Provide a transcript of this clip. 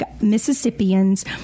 Mississippians